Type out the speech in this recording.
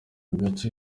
gace